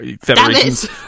federations